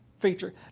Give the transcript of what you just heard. feature